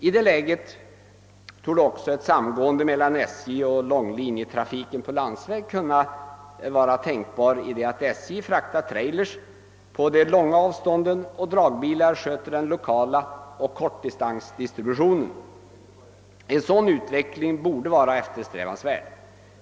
I det läget torde också samgående mellan SJ och långlin jetrafiken på landsväg vara tänkbart i det att SJ fraktar trailers på de långa avstånden och dragbilar sköter den 1okala distributionen och kortdistansdistributionen. En sådan utveckling borde vara eftersträvansvärd.